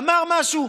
אמר משהו,